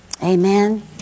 Amen